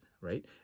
right